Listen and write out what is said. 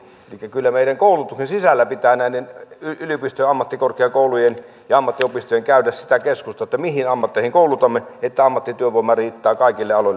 elikkä kyllä meidän koulutuksen sisällä pitää näiden yliopistojen ja ammattikorkeakoulujen ja ammattiopistojen käydä sitä keskustelua että mihin ammatteihin koulutamme että ammattityövoimaa riittää kaikille aloille